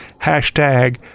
Hashtag